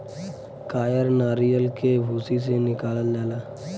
कायर नरीयल के भूसी से निकालल जाला